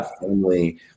family